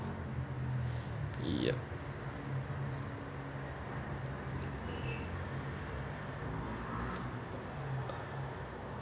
yup